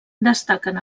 destaquen